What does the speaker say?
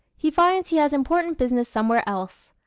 he finds he has important business somewhere else.